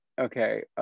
Okay